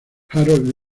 harold